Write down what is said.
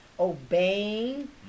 Obeying